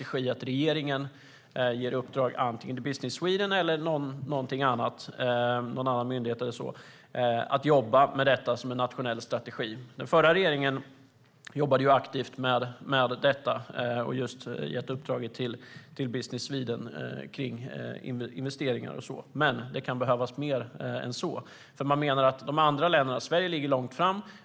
Det handlar om att regeringen ger i uppdrag antingen till Business Sweden eller till någon annan myndighet att jobba med detta som en nationell strategi. Den förra regeringen jobbade aktivt med detta och gav just uppdraget till Business Sweden om investeringar och så vidare, men det kan behövas mer än så. Sverige ligger långt fram.